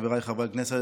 חבריי חברי הכנסת,